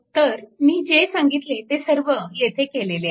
तर मी जे सांगितले ते सर्व येथे केलेले आहे